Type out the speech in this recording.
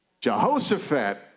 Jehoshaphat